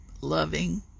loving